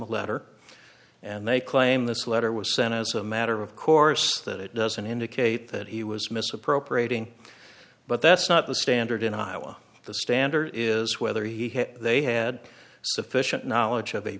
a letter and they claim this letter was sent as a matter of course that it doesn't indicate that he was misappropriating but that's not the standard in iowa the standard is whether he had they had sufficient knowledge of a